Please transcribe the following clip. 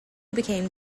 became